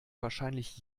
wahrscheinlich